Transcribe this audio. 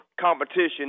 competition